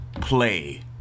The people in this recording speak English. play